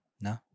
No